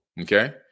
okay